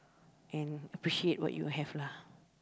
and appreciate what you have lah